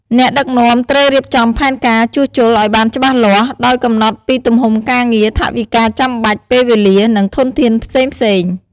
អ្នកដឹកនាំត្រូវរៀបចំផែនការជួសជុលឱ្យបានច្បាស់លាស់ ដោយកំណត់ពីទំហំការងារ ថវិកាចាំបាច់ ពេលវេលា និងធនធានផ្សេងៗ។